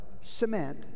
cement